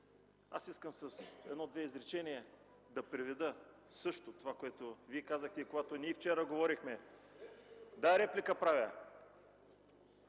Аз искам с едно-две изречения да приведа също това, което Вие казахте и когато ние вчера говорихме... КРАСИМИР